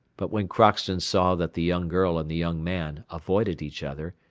but when crockston saw that the young girl and the young man avoided each other,